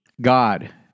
God